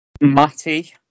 Matty